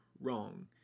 wrong